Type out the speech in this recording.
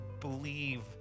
believe